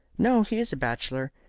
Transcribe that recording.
no, he is a bachelor.